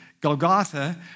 Golgotha